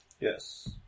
Yes